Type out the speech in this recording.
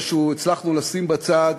זה שהצלחנו לשים בצד,